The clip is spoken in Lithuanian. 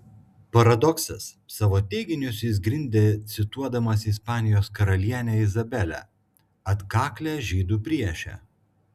paradoksas savo teiginius jis grindė cituodamas ispanijos karalienę izabelę atkaklią žydų priešę